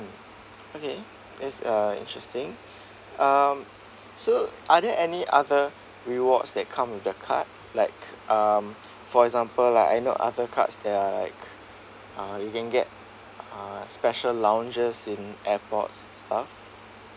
okay that's uh interesting um so are there any other rewards that come with the card like um for example like I know other cards they are like uh you can get uh special lounges in airports stuff